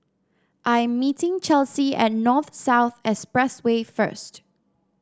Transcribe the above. I'm meeting Chelsey at North South Expressway first